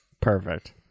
Perfect